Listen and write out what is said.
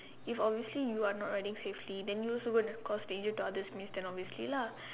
if obviously you are not riding safely then you also going to cause danger to others means then obviously lah